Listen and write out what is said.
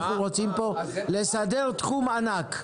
אנחנו רוצים לסדר פה תחום ענק.